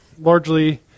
largely